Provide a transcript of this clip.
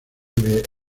nieve